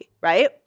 right